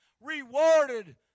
Rewarded